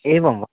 एवं वा